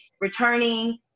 returning